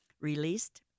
released